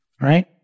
right